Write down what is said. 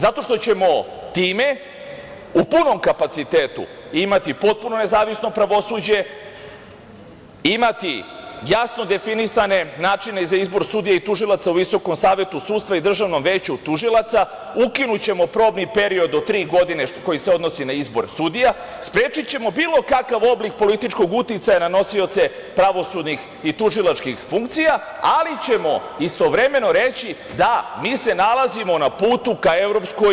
Zato što ćemo time u punom kapacitetu imati potpuno nezavisno pravosuđe, imati jasno definisane načine za izbor sudija i tužilaca u Visokom savetu sudstva i Državnom veću tužilaca, ukinućemo probni period od tri godine koji se odnosi na izbor sudija, sprečićemo bilo kakav oblik političkog uticaja na nosioce pravosudnih i tužilačkih funkcija, ali ćemo istovremeno reći da, mi se nalazimo na putu ka EU.